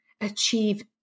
achieve